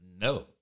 no